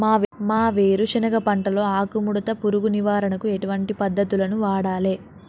మా వేరుశెనగ పంటలో ఆకుముడత పురుగు నివారణకు ఎటువంటి పద్దతులను వాడాలే?